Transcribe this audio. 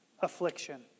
affliction